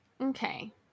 Okay